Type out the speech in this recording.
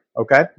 Okay